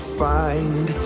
find